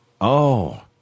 Oh